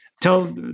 Tell